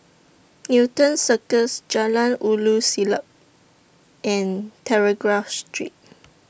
Newton Circus Jalan Ulu Siglap and Telegraph Street